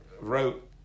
wrote